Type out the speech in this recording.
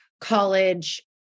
college